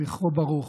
זכרו ברוך.